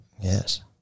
Yes